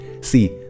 See